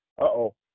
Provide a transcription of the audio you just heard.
uh-oh